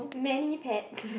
many pets